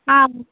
ஆம்